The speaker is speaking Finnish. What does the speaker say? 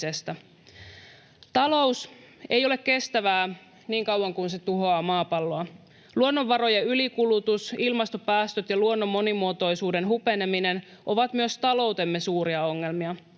Talous ei ole kestävää niin kauan kuin se tuhoaa maapalloa. Luonnonvarojen ylikulutus, ilmastopäästöt ja luonnon monimuotoisuuden hupeneminen ovat myös taloutemme suuria ongelmia.